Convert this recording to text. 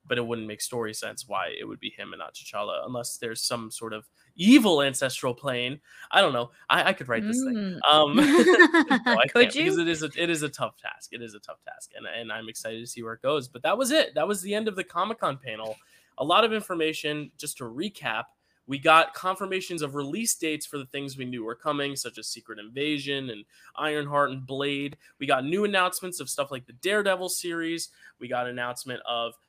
but it wouldn't make story sense why it would be him and not T'Challa, unless there's some sort of evil ancestral plane. I don't know. I- I could write this thing. Mm. Um, no, I Could can't, because you? it is a- it is a tough task. It is a tough task, and- and I'm excited to see where it goes. But that was it. That was the end of the Comic-Con panel. A lot of information. Just to recap, we got confirmations of release dates for the things we knew were coming, such as Secret Invasion and Ironheart and Blade. We got new announcements of stuff like the Daredevil series. We got announcement of